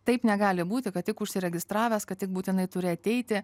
taip negali būti kad tik užsiregistravęs kad tik būtinai turi ateiti